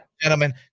gentlemen